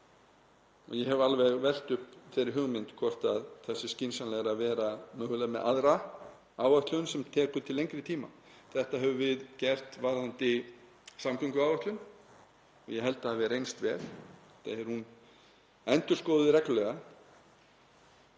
Ég hef alveg velt upp þeirri hugmynd hvort það sé skynsamlegra að vera mögulega með aðra áætlun sem tekur til lengri tíma. Þetta höfum við gert með samgönguáætlun og ég held að það hafi reynst vel, hún er endurskoðuð reglulega.